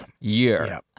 year